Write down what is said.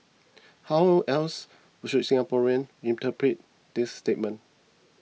how else should Singaporeans interpret this statement